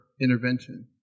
intervention